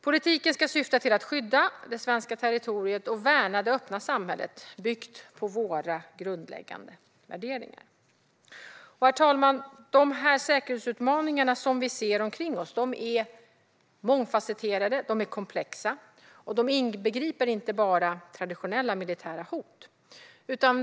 Politiken ska syfta till att skydda det svenska territoriet och värna det öppna samhället, byggt på våra grundläggande värderingar. Herr talman! De säkerhetsutmaningar som vi ser omkring oss är mångfasetterade och komplexa, och de inbegriper inte bara traditionella militära hot.